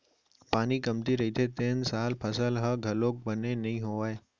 पानी कमती रहिथे तेन साल फसल ह घलोक बने नइ होवय